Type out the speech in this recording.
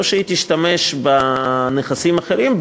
או שהיא תשתמש בנכסים אחרים,